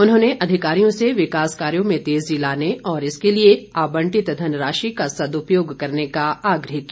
उन्होंने अधिकारियों से विकास कार्यों में तेजी लाने और इसके लिए आबंटित धनराशि का सदुपयोग करने का आग्रह किया